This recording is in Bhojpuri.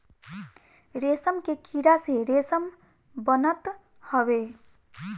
रेशम के कीड़ा से रेशम बनत हवे